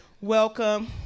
welcome